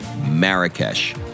Marrakesh